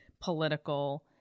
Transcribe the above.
political